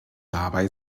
dabei